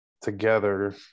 together